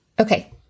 Okay